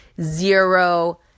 Zero